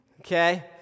okay